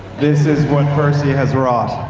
this is what percy and has wrought.